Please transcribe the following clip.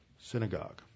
synagogue